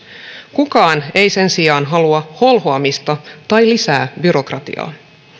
kukaan ei sen sijaan halua holhoamista tai lisää byrokratiaa